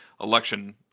election